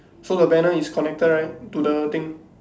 so the banner is connected right to the thing